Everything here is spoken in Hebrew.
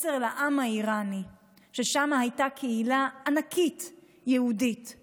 מסר לעם האיראני, שם הייתה קהילה יהודית ענקית,